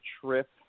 trip